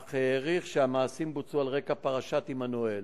אך העריך שהמעשים בוצעו על רקע פרשת עמנואל.